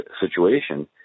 situation